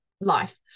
life